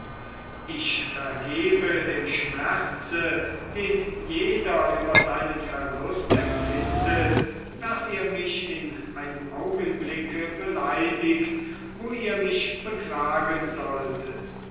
ich vergebe dem schmerze den jeder über seinen verlust empfindet daß ihr mich in einem augenblicke beleidigt wo ihr mich beklagen solltet